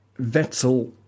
Vettel